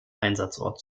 einsatzort